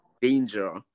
danger